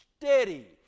steady